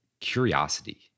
curiosity